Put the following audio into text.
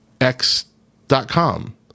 X.com